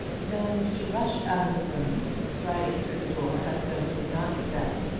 then he rushed out of the room, striding through the door as though he would knock it down,